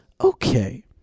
okay